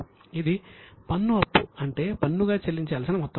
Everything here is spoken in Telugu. ఇది పన్ను అప్పు అంటే పన్నుగా చెల్లించాల్సిన మొత్తం